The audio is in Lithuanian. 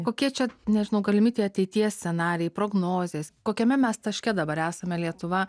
kokie čia nežinau galimi tie ateities scenarijai prognozės kokiame mes taške dabar esame lietuva